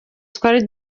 twari